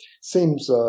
seems